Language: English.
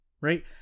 right